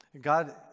God